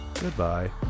Goodbye